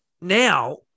now